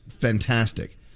fantastic